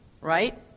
Right